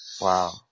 Wow